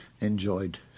enjoyed